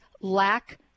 lack